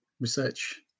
research